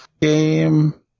game